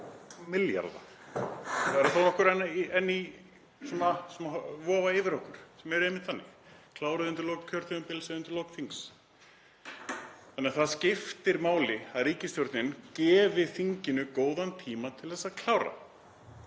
milljarða. Það eru þó nokkur enn sem vofa yfir okkur sem eru einmitt þannig, kláruð undir lok kjörtímabils eða undir lok þings. Þannig að það skiptir máli að ríkisstjórnin gefi þinginu góðan tíma til að klára